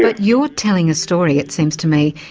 but you're telling a story, it seems to me,